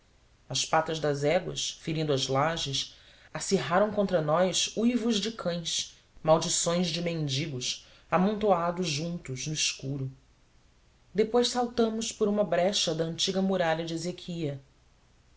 as patas das éguas ferindo as lajes acirraram contra nós uivos de cães maldições de mendigos amontoados juntos no escuro depois saltamos por uma brecha da antiga muralha de ezequiá